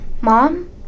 Mom